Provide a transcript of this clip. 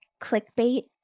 clickbait